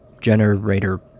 generator